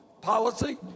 policy